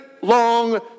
long